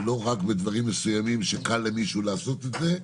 ולא רק בדברים מסוימים שקל למישהו לעשות את זה,